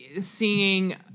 seeing